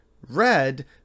red